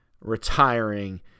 retiring